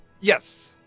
yes